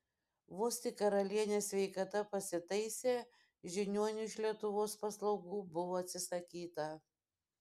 vos tik karalienės sveikata pasitaisė žiniuonių iš lietuvos paslaugų buvo atsisakyta